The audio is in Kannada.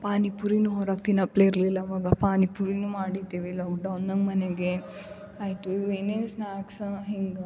ಪಾನಿಪೂರಿನು ಹೊರಗೆ ತಿನ್ನಪ್ಪೇ ಇರಲಿಲ್ಲ ಆವಾಗ ಪಾನಿಪೂರೀನು ಮಾಡಿದ್ದೀವಿ ಇಲ ಲಾಕ್ಡೌನಾಂಗ ಮನೆಗೆ ಆಯಿತು ಇವು ಏನೇನು ಸ್ನಾಕ್ಸ್ ಹಿಂಗೆ